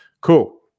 cool